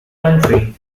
county